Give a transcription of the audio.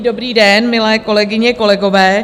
Dobrý den, milé kolegyně, kolegové.